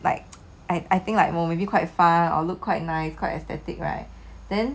like I think like maybe quite far or look quite nice quite aesthetic right then